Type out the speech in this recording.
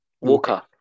Walker